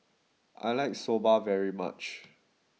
I like Soba very much